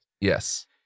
Yes